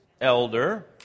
elder